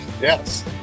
yes